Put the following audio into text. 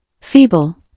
feeble